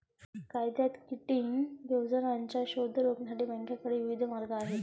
कायद्यात किटिंग योजनांचा शोध रोखण्यासाठी बँकांकडे विविध मार्ग आहेत